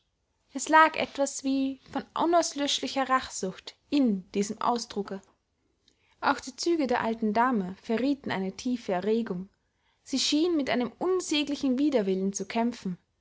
es lag etwas wie von unauslöschlicher rachsucht in diesem ausdrucke auch die züge der alten dame verrieten eine tiefe erregung sie schien mit einem unsäglichen widerwillen zu kämpfen